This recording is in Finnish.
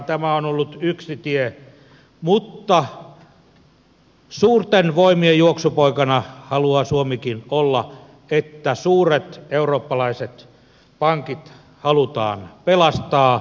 tämä on ollut yksi tie mutta suurten voimien juoksupoikana haluaa suomikin olla että suuret eurooppalaiset pankit halutaan pelastaa